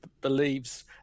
believes